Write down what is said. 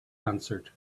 answered